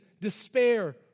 despair